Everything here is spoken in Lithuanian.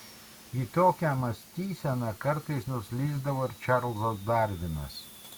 į tokią mąstyseną kartais nuslysdavo ir čarlzas darvinas